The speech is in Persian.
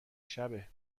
شبه